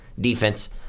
defense